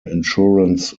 insurance